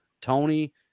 Tony